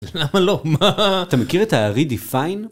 למה לא? מה? אתה מכיר את ה-redefine?